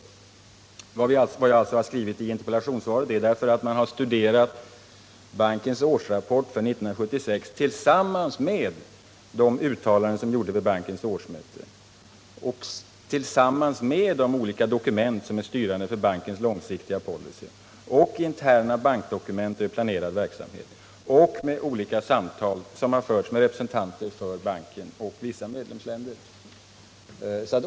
Anledningen till att jag hänvisar till rapporten i interpellationssvaret är — som också framgår av svaret — att den har studerats ”tillsammans med” de uttalanden som gjorts vid bankens årsmöte och ”tillsammans med” de olika dokument som är styrande för bankens långsiktiga policy samt interna bankdokument över planerad verksamhet. Dessutom hänvisar jag i sammanhanget till att samtal har förts med representanter för banken och vissa medlemsländer.